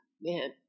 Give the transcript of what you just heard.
man